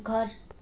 घर